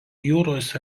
jūros